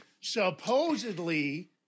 Supposedly